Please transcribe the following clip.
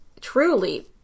truly